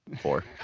four